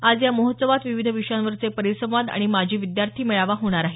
आज या महोत्सवात विविध विषयांवरचे परिसंवाद आणि माजी विद्यार्थी मेळावा होणार आहे